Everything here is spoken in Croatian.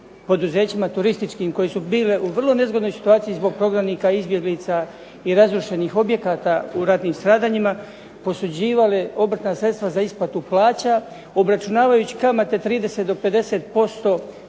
poduzećima turističkim koja su bile u vrlo nezgodnoj situaciji zbog prognanika i izbjeglica i razrušenih objekata u ratnim stradanjima posuđivale obrtna sredstva za isplatu plaća, obračunavajući mate 30 do 50%,